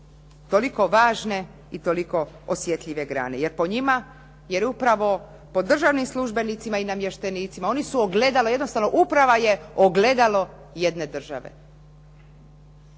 toliko važne i toliko osjetljive grane. Jer po njima po državnim službenicima i namještenicima. Oni su ogledalo, jednostavno uprava je ogledalo jedne države.